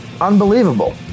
unbelievable